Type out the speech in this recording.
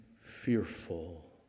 fearful